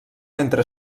mentre